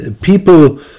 people